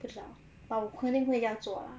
不知道 but 我 crowning 会要做 lah